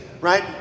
right